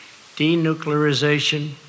denuclearization